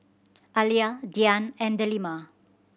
Alya Dian and Delima